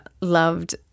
loved